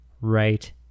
right